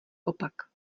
opak